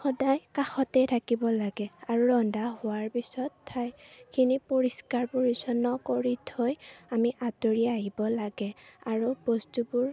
সদায় কাষতে থাকিব লাগে আৰু ৰন্ধা হোৱাৰ পিছত ঠাইখিনি পৰিষ্কাৰ পৰিছন্ন কৰি থৈ আমি আঁতৰি আহিব লাগে আৰু বস্তুবোৰ